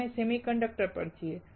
અમે સેમીકન્ડક્ટર પર છીએ